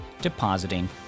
depositing